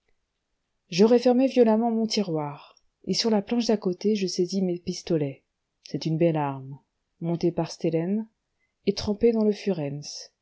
je refermai violemment mon tiroir et sur la planche d'à côté je saisis mes pistolets c'est une belle arme montée par stelein et trempée dans le